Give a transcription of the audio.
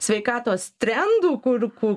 sveikatos trendų kur ku